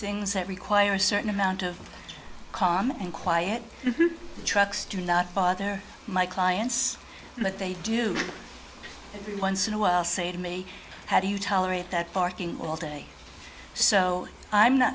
things that require a certain amount of calm and quiet trucks do not bother my clients but they do every once in a while say to me how do you tolerate that barking all day so i'm not